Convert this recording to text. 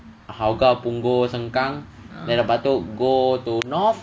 hougang punggol sengkang then lepas tu go to north